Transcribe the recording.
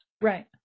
Right